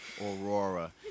Aurora